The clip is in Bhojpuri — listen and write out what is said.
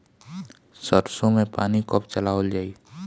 सरसो में पानी कब चलावल जाई?